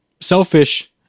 selfish